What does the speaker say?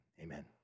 amen